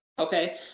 Okay